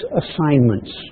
assignments